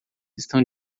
estão